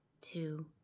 two